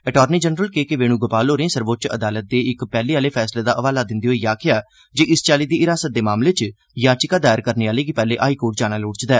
attorney general K K Venugopal होरें सर्वोच्च अदालत दे इक पैहले आहले फैसले दा हवाला दिंदे होई आक्खेआ जे इस चाल्ली दी हिरासत दे मामले च याचिका दायर करने आहले गी पैहले हाईकोर्ट जाना चाहिद